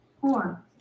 Four